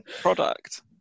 product